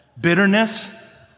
Bitterness